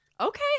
Okay